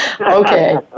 Okay